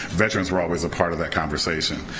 veterans were always a part of that conversation.